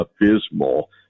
abysmal